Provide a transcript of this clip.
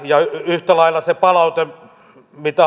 ja yhtä lailla se palaute mitä